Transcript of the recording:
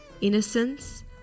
Innocence